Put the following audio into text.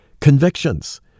convictions